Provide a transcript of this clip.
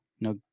No